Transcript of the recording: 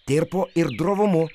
tirpo ir drovumu